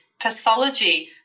pathology